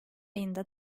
ayında